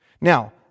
Now